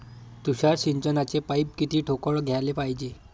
तुषार सिंचनाचे पाइप किती ठोकळ घ्याले पायजे?